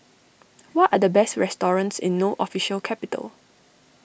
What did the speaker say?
what are the best restorings in No Official Capital